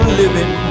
living